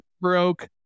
broke